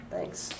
Thanks